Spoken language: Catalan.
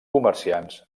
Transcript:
comerciants